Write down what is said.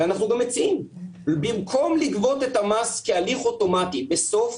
ואנחנו גם מציעים: במקום לגבות את המס כהליך אוטומטי בסוף,